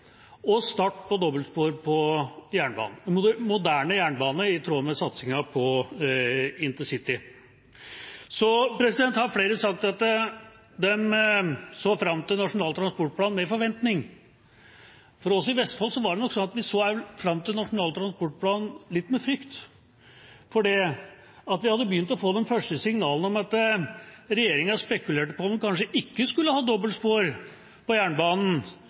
og start på dobbeltspor på jernbanen, en moderne jernbane i tråd med satsingen på intercity. Flere har sagt at de så fram til Nasjonal transportplan med forventning. For oss i Vestfold var det nok sånn at vi så fram til Nasjonal transportplan litt med frykt, fordi vi hadde begynt å få de første signalene om at regjeringa spekulerte på om man kanskje ikke skulle ha dobbeltspor på jernbanen